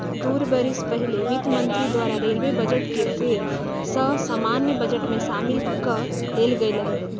दू बरिस पहिले वित्त मंत्री द्वारा रेलवे बजट के फेर सँ सामान्य बजट में सामिल क लेल गेलइ